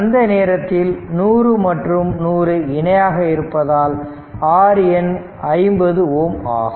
அந்த நேரத்தில் 100 மற்றும் 100 இணையாக இருப்பதால் RN 50 ஓம் ஆகும்